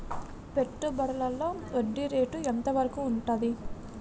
పెట్టుబడులలో వడ్డీ రేటు ఎంత వరకు ఉంటది?